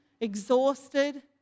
exhausted